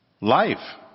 life